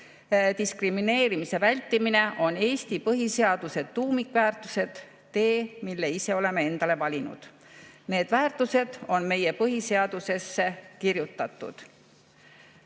diskrimineerimise vältimine on Eesti põhiseaduse tuumikväärtused, tee, mille ise oleme endale valinud. Need väärtused on meie põhiseadusesse kirjutatud. Ukrainas